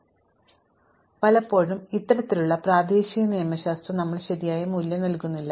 ഞങ്ങൾക്ക് ഒരു ആഗോള ഒപ്റ്റിമൽ ആണ് കാരണം പലപ്പോഴും ഇത്തരത്തിലുള്ള പ്രാദേശിക നിയമശാസ്ത്രം ഞങ്ങൾക്ക് ശരിയായ മൂല്യം നൽകില്ല